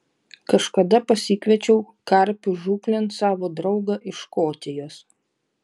kažkada pasikviečiau karpių žūklėn savo draugą iš škotijos